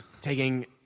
Taking